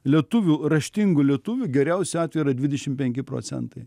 lietuvių raštingų lietuvių geriausiu atveju yra dvidešim penki procentai